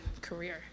career